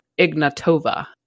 Ignatova